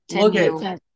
Okay